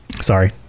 sorry